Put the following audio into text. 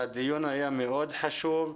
הדיון היה חשוב מאוד.